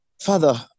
Father